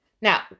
Now